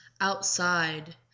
outside